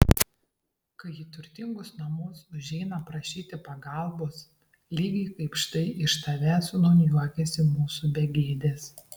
kai į turtingus namus užeina prašyti pagalbos lygiai kaip štai iš tavęs nūn juokiasi mūsų begėdės